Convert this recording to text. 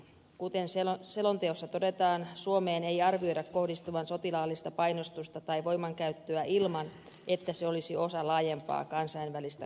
kuten selonteossa todetaan suomeen ei arvioida kohdistuvan sotilaallista painostusta tai voimankäyttöä ilman että se olisi osa laajempaa kansainvälistä konfliktia